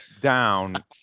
down